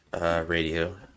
radio